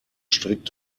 strick